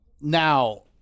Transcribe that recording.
Now